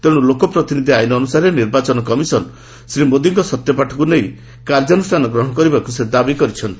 ତେଣୁ ଲୋକ ପ୍ରତିନିଧି ଆଇନ ଅନୁସାରେ ନିର୍ବାଚନ କମିଶନ ଶ୍ରୀ ମୋଦିଙ୍କ ସତ୍ୟପାଠକୁ ନେଇ କାର୍ଯ୍ୟାନୁଷ୍ଠାନ ଗ୍ରହଣ କରିବାକୁ ସେ ଦାବି କରିଛନ୍ତି